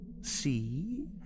See